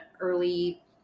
early